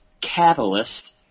catalyst